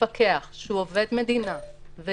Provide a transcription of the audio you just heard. שהוא עובד מדינה,